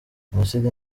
génocide